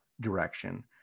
direction